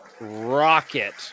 rocket